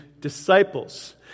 disciples